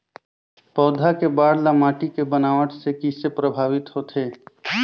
पौधा के बाढ़ ल माटी के बनावट से किसे प्रभावित होथे?